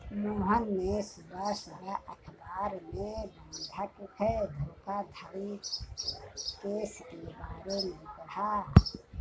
मोहन ने सुबह सुबह अखबार में बंधक धोखाधड़ी केस के बारे में पढ़ा